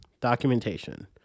documentation